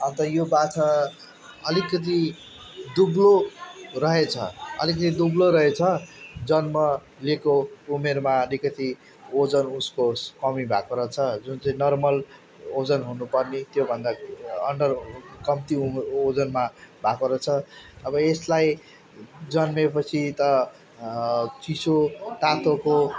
अन्त यो बाछा अलिकति दुब्लो रहेछ अलिकति दुब्ले रहेछ जन्म लिएको उमेरमा अलिकति ओजन उसको कमी भएको रहेछ जुन चाहिँ नोर्मल ओजन हुनुपर्ने त्योभन्दा अन्डर कम्ती ऊ ओजनमा भएको रहेछ अब यसलाई जन्मेपछि त चिसो तातोको